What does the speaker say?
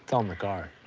so on the card.